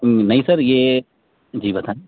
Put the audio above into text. نہیں سر یہ جی بتائیں